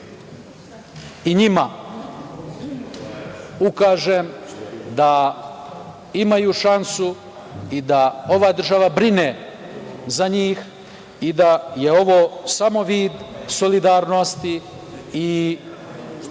i njima ukažem da imaju šansu i da ova država brine za njih i da je ovo samo vid solidarnosti i podrške